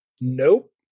Nope